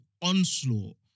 onslaught